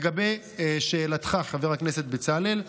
לגבי שאלתך, חבר הכנסת בצלאל,